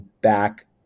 back